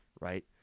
right